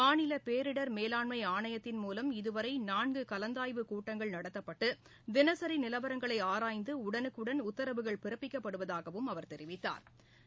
மாநிலபேரிடர் மேலாண்மைஆணையத்தின் மூலம் இதுவரைநான்குகலந்தாய்வு கூட்டங்கள் நடத்தப்பட்டு தினசிநிலவரங்களைஆராய்ந்துடடனுக்குடன் உத்தரவுகள் பிறப்பிக்கப்படுவதாகவும் அவர் தெரிவித்தா்